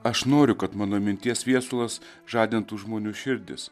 aš noriu kad mano minties viesulas žadintų žmonių širdis